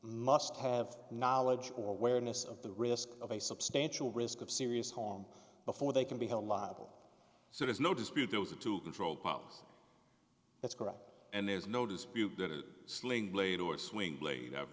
must have knowledge or awareness of the risk of a substantial risk of serious harm before they can be held liable so there's no dispute there was a two control policy that's correct and there's no dispute that sling blade or swing blade